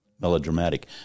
melodramatic